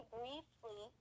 briefly